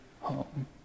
home